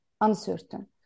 uncertain